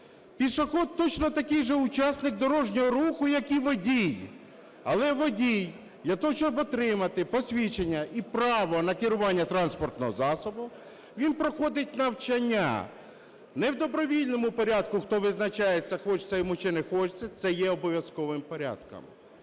Пішохід точно такий же учасник дорожнього руху, як і водій. Але водій для того, щоб отримати посвідчення і право на керування транспортним засобом, він проходить навчання. Не в добровільному порядку, хто визначається, хочеться йому чи не хочеться, це є обов'язковим порядком.